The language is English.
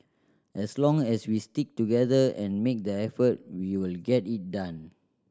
as long as we stick together and make the effort we will get it done